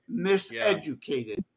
miseducated